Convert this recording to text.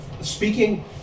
speaking